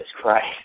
Christ